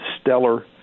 stellar